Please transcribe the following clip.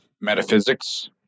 metaphysics